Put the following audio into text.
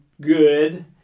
good